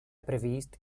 previst